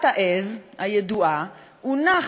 הונח באיזה נוסח מאוד מאוד דרקוני,